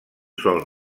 sol